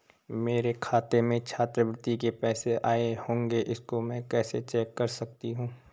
मेरे खाते में छात्रवृत्ति के पैसे आए होंगे इसको मैं कैसे चेक कर सकती हूँ?